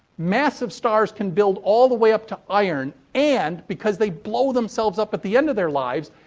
massive stars can build all the way up to iron. and, because they blow themselves up at the end of their lives,